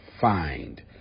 find